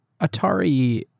Atari